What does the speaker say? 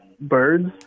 birds